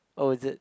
oh is it